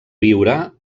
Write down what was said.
viure